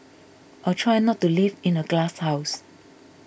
or try not to live in a glasshouse